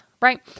right